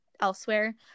elsewhere